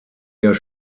jahr